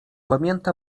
pamięta